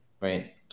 Right